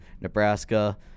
Nebraska